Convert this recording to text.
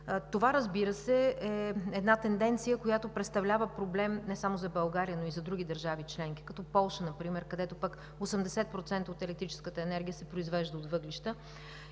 Това, разбира се, е една тенденция, която представлява проблем не само за България, но и за други държави членки – като Полша например, където пък 80% от електрическата енергия се произвежда от въглища.